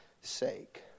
sake